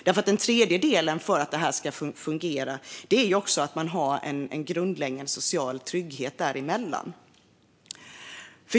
Den tredje delen för att detta ska fungera är också att ha en grundläggande social trygghet däremellan.